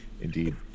indeed